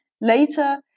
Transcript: later